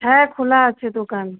হ্যাঁ খোলা আছে দোকান